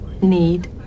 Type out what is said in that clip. need